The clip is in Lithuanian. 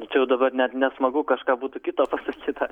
tačiau dabar net nesmagu kažką būtų kito va susitart